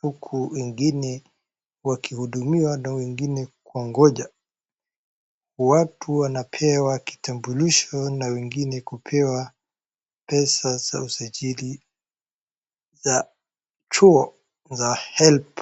huku wengine wakihudumiwa na wengine kuangoja. Watu wanapewa kitambulisho na wengine kupewa pesa za usajili za chuo za HELB.